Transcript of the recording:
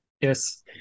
Yes